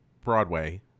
Broadway